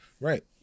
right